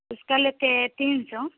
उसका लेते हैं तीन सौ